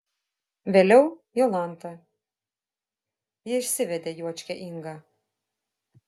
vėliau jolanta ji išsivedė juočkę ingą